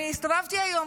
הסתובבתי היום,